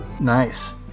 Nice